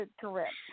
correct